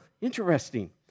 interesting